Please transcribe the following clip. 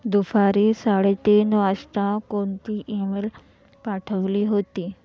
दुपारी साडे तीन वाजता कोणती ईमेल पाठवली होती